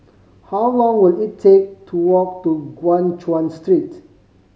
how long will it take to walk to Guan Chuan Street